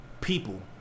people